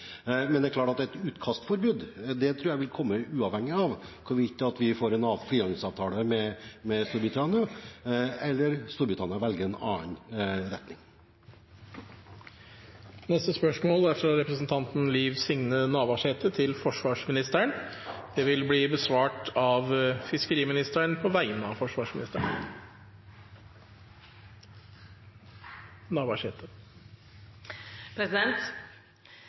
Men det er klart at et utkastforbud tror jeg vil komme, uavhengig av hvorvidt vi får en frihandelsavtale med Storbritannia, eller Storbritannia velger en annen retning. Neste spørsmål, fra representanten Liv Signe Navarsete til forsvarsministeren, vil bli besvart av fiskeriministeren på vegne av